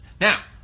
Now